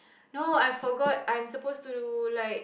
no I forgot I'm suppose to like